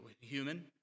human